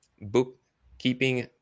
Bookkeeping